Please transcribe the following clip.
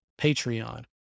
Patreon